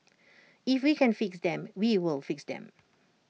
if we can fix them we will fix them